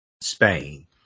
Spain